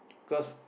cos